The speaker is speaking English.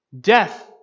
death